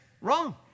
Wrong